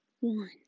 one